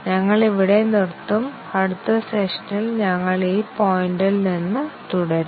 ഞങ്ങൾ ഇവിടെ നിർത്തും അടുത്ത സെഷനിൽ ഞങ്ങൾ ഈ പോയിന്റിൽ നിന്ന് തുടരും